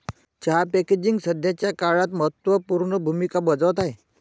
चहा पॅकेजिंग सध्याच्या काळात महत्त्व पूर्ण भूमिका बजावत आहे